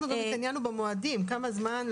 אנחנו התעניינו גם במועדים,